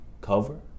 cover